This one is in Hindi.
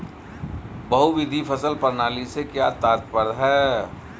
बहुविध फसल प्रणाली से क्या तात्पर्य है?